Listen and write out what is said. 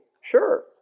Sure